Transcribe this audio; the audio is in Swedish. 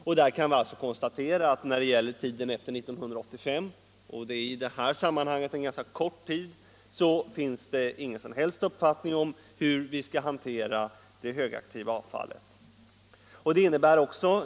Nu vet vi att när det gäller tiden efter 1985 — och dit är det i det här sammanhanget en ganska kort tid — finns det ingen som helst uppfattning om hur vi skall hantera det hög 267 aktiva avfallet.